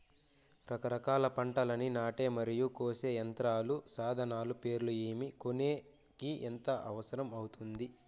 రకరకాల పంటలని నాటే మరియు కోసే యంత్రాలు, సాధనాలు పేర్లు ఏమి, కొనేకి ఎంత అవసరం అవుతుంది?